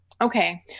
Okay